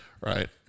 right